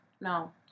No